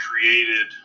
created